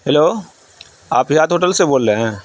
hello آپ Hyatt hotel سے بول رہے ہیں